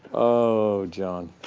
oh, john.